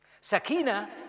Sakina